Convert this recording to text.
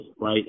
right